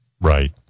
Right